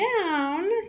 down